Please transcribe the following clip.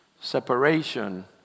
separation